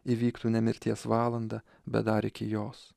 įvyktų ne mirties valandą bet dar iki jos